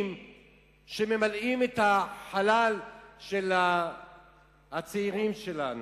שממלאים את החלל של הצעירים שלנו.